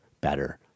better